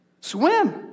Swim